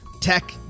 tech